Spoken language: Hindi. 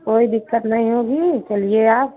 कोई दिक्कत नहीं होगी चलिए आप